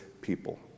people